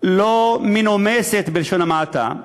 לא מנומסת, בלשון המעטה,